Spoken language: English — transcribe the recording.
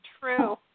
True